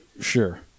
sure